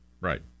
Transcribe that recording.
Right